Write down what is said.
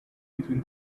between